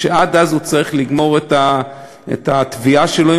ועד אז הוא צריך לגמור את התביעה שלו,